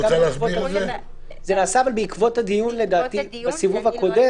לדעתי זה נעשה בעקבות הדיון בסיבוב הקודם.